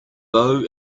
bow